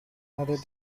other